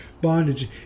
bondage